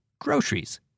groceries